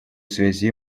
связи